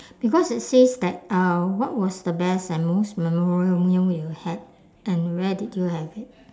because it says that uh what was the best and most memorial meal you had and where did you have it